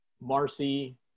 Marcy